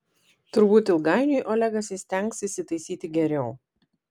turbūt ilgainiui olegas įstengs įsitaisyti geriau